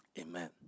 Amen